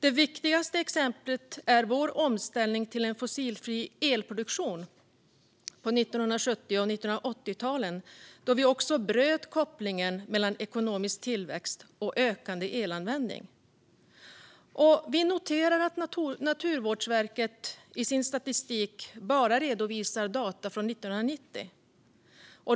Det viktigaste exemplet är vår omställning till en fossilfri elproduktion på 1970 och 1980-talen, då vi också bröt kopplingen mellan ekonomisk tillväxt och ökande elanvändning. Vi noterar att Naturvårdsverket i sin statistik bara redovisar data från 1990.